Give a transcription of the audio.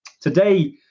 Today